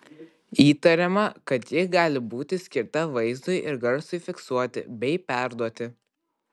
įtariama kad ji gali būti skirta vaizdui ir garsui fiksuoti bei perduoti